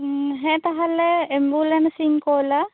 ᱦᱮᱸ ᱛᱟᱦᱚᱞᱮ ᱮᱢᱵᱩᱞᱮᱱᱥ ᱤᱧ ᱠᱳᱞᱟ